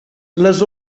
les